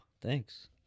thanks